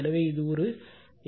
எனவே இது ஒரு உதாரணம் ஆகும்